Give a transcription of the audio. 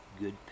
good